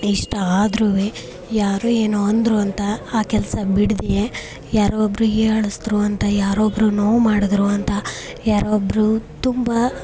ಇಷ್ಟ ಆದ್ರು ಯಾರೊ ಏನೋ ಅಂದರು ಅಂತ ಆ ಕೆಲಸ ಬಿಡದೆ ಯಾರೋ ಒಬ್ಬರು ಹೀಯಾಳ್ಸಿದ್ರು ಅಂತ ಯಾರೋ ಒಬ್ಬರು ನೋವು ಮಾಡಿದರು ಅಂತ ಯಾರೋ ಒಬ್ಬರು ತುಂಬ